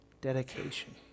dedication